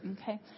Okay